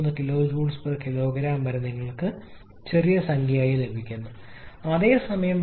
03 kJ kg വളരെ ചെറിയ സംഖ്യയും വരുന്നു